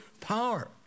power